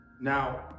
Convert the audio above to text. Now